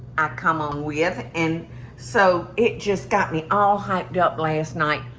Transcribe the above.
i come on with. and so it just got me all hyped up last night.